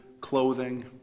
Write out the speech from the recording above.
clothing